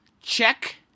Check